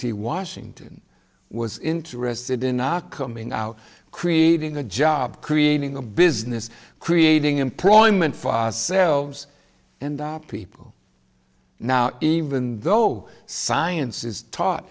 t washington was interested in our coming out creating a job creating a business creating employment for selves and people now even though science is taught